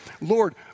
Lord